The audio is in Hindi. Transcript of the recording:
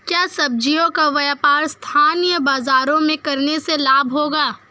क्या सब्ज़ियों का व्यापार स्थानीय बाज़ारों में करने से लाभ होगा?